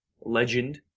legend